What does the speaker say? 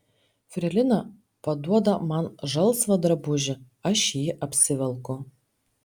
freilina paduoda man žalsvą drabužį aš jį apsivelku